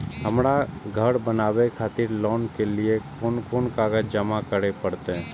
हमरा घर बनावे खातिर लोन के लिए कोन कौन कागज जमा करे परते?